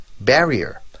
barrier